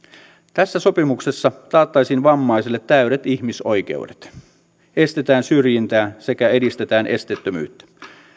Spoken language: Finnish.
tässä sopimuksessa taataan vammaisille täydet ihmisoikeudet estetään syrjintää sekä edistetään esteettömyyttä